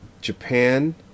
Japan